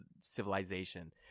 civilization